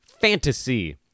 Fantasy